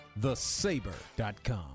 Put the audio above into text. TheSaber.com